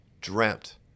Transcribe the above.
dreamt